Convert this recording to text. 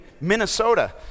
Minnesota